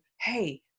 Hey